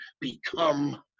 become